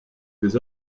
des